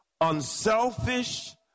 unselfish